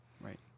Right